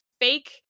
fake